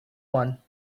one